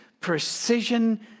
precision